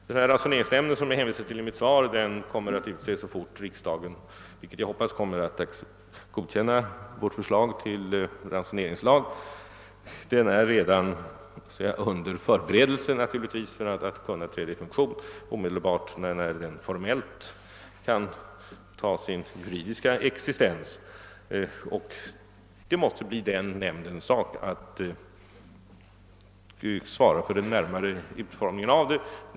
Den ransoneringsnämnd som jag hänvisade till i mitt svar kommer att utses så fort riksdagen — vilket jag hoppas — godkänner vårt förslag till ransoneringslag. Den är givetvis redan under förberedelse för att kunna träda i funktion omedelbart när den formellt juridiskt börjar sin existens. Det måste bli nämndens sak att svara för den närmare utformningen av ransoneringen.